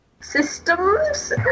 systems